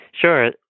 Sure